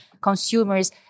consumers